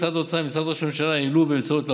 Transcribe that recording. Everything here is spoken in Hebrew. משרד האוצר ומשרד ראש הממשלה העלו באמצעות לפ"מ,